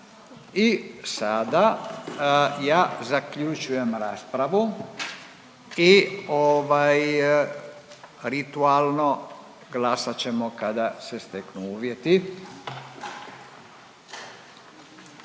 I sada ja zaključujem raspravu i ovaj, ritualno glasat ćemo kada se steknu uvjeti.